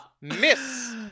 Miss